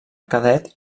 cadet